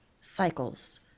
cycles